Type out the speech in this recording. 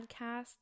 podcasts